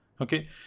okay